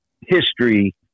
history